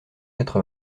quatre